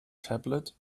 tablet